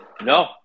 No